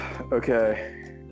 Okay